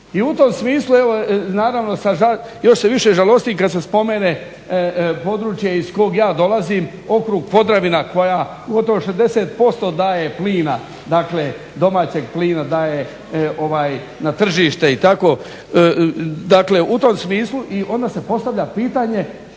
I u tom smislu evo naravno sa žaljenjem, još se više žalostim kad se spomene područje iz kog ja dolazim, okrug Podravina koja gotovo 60% daje plina, dakle domaćeg plina daje na tržište. I onda se postavlja pitanje